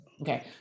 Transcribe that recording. Okay